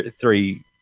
three